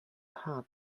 hat